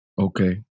Okay